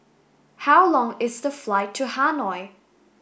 how long is the flight to Hanoi